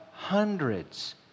Hundreds